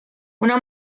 una